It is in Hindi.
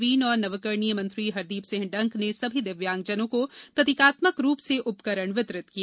नवीन एवं नवकरणीय मंत्री हरदीप सिंह डंग ने सभी दिव्यांगजनों को प्रतीकात्मक रूप से उपकरण वितरित किए